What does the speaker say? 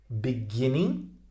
beginning